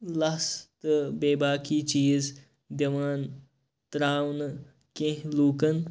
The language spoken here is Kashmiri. لَژھ تہٕ بیٚیہِ باقٕے چیٖز دِوان تراونہٕ کینٛہہ لُکَن